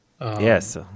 Yes